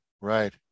Right